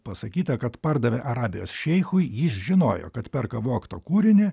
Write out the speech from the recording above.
pasakyta kad pardavė arabijos šeichui jis žinojo kad perka vogtą kūrinį